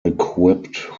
equipped